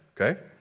okay